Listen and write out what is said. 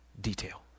detail